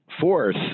fourth